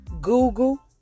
Google